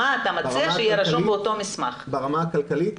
ברמה הכלכלית,